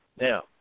Now